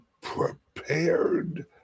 prepared